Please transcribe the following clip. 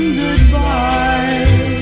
goodbye